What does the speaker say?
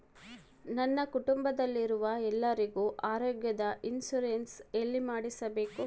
ನನ್ನ ಕುಟುಂಬದಲ್ಲಿರುವ ಎಲ್ಲರಿಗೂ ಆರೋಗ್ಯದ ಇನ್ಶೂರೆನ್ಸ್ ಎಲ್ಲಿ ಮಾಡಿಸಬೇಕು?